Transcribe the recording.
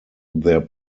their